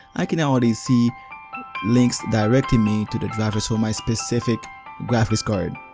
i can already see links directing me to the drivers for my specific graphics card.